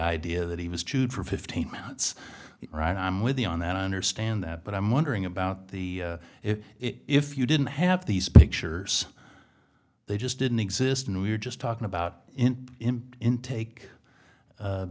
idea that he was chewed for fifteen minutes right i'm with you on that i understand that but i'm wondering about the if if you didn't have these pictures they just didn't exist and we're just talking about him in take